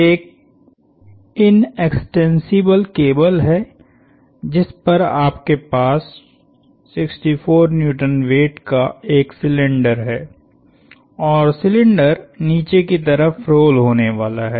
एक inextensible cable है जिस पर आपके पास 64N वेट का एक सिलिंडर है और सिलिंडर नीचे की तरफ रोल होने वाला है